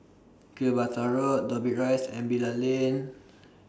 Gibraltar Road Dobbie Rise and Bilal Lane